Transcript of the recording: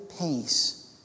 pace